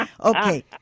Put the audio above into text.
Okay